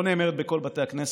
היא לא נאמרת בכל בתי הכנסת,